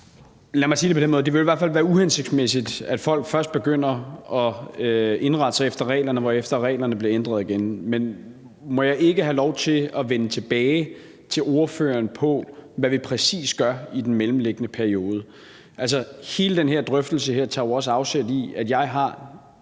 Lad mig sige det på den måde, at det i hvert fald vil være uhensigtsmæssigt, at folk først begynder at indrette sig efter reglerne, hvorefter reglerne bliver ændret igen. Men må jeg ikke have lov til at vende tilbage til ordføreren med, hvad vi præcis gør i den mellemliggende periode? Hele den her drøftelse tager jo også afsæt i, at jeg –